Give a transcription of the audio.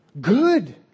Good